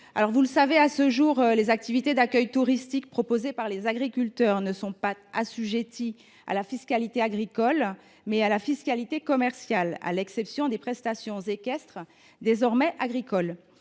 ici présents. À ce jour, les activités d’accueil touristique proposées par les agriculteurs sont assujetties non pas à la fiscalité agricole, mais à la fiscalité commerciale, à l’exception des prestations équestres. Ces activités